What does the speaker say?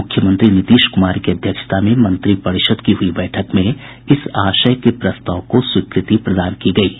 मुख्यमंत्री नीतीश कुमार की अध्यक्षता में मंत्रिपरिषद की हुई बैठक में इस आशय के प्रस्ताव को स्वीकृति प्रदान की गई है